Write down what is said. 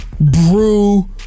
Brew